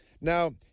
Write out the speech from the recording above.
Now